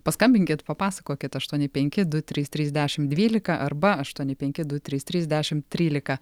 paskambinkit papasakokit aštuoni penki du trys trys dešim dvylika arba aštuoni penki du trys trys dešim trylika